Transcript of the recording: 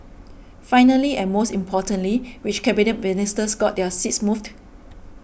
finally and most importantly which Cabinet Ministers got their seats moved